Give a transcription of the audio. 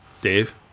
Dave